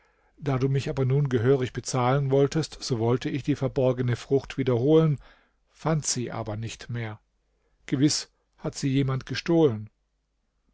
da du mich aber nun gehörig bezahlen wolltest so wollte ich die verborgene frucht wieder holen fand sie aber nicht mehr gewiß hat sie jemand gestohlen